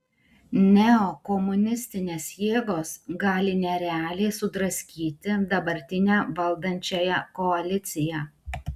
neokomunistinės jėgos gali nerealiai sudraskyti dabartinę valdančiąją koaliciją